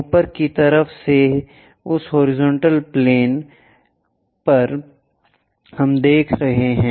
ऊपर की तरफ से उस हॉरिजॉन्टल प्लेन हॉरिजॉन्टल तल पर हम देख रहे हैं